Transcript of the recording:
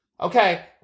Okay